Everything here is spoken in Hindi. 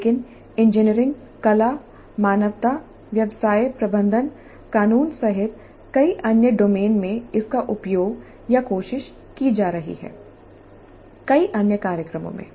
लेकिन इंजीनियरिंग कला मानवता व्यवसाय प्रबंधन कानून सहित कई अन्य डोमेन में इसका उपयोगकोशिश की जा रही है कई अन्य कार्यक्रमों में